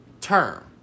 term